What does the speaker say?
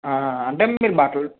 అంటే మీరు బట్టలు